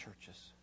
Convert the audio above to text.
churches